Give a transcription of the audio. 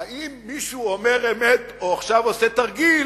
אם מישהו אומר אמת או עושה עכשיו תרגיל,